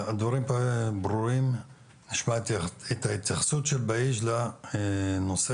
הדברים ברורים, נשמע את ההתייחסות של בהיג' לנושא.